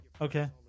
Okay